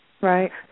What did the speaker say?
right